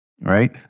right